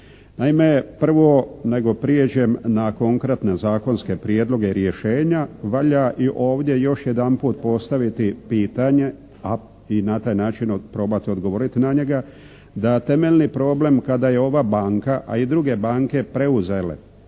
Naime, prvo nego prijeđem na konkretne zakonske prijedloge i rješenja valja i ovdje još jedanput postaviti pitanje a i na taj način probati odgovoriti na njega da temeljni problem kada je ova banka a i druge banke preuzele